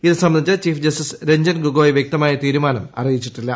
ഇത് സംബന്ധിച്ച് chief justice Ranjan Gogoi വ്യക്തമായ തീരുമാനം അറിയിച്ചിട്ടില്ല